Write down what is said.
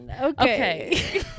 okay